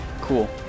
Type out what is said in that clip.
Cool